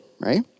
Right